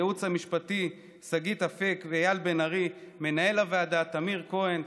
לייעוץ המשפטי שגית אפיק ואייל לב ארי ולמנהל הוועדה טמיר כהן,